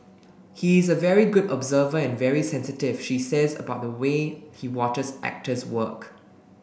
he is a very good observer and very sensitive she says about the way he watches actors work